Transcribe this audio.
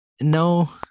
No